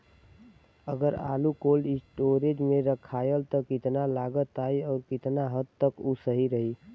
अगर आलू cold storage में रखायल त कितना लागत आई अउर कितना हद तक उ सही रही?